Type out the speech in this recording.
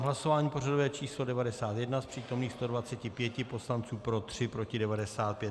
Hlasování pořadové číslo 91, z přítomných 125 poslanců pro 3, proti 95.